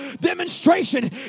Demonstration